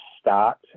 start